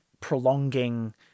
prolonging